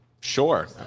Sure